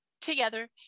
together